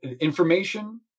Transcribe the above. Information